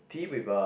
tea with uh